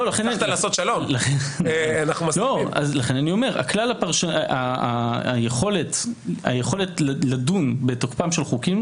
לכן אני אומר שהיכולת לדון בתוקפם של חוקים,